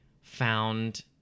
found